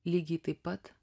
lygiai taip pat